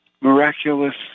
miraculous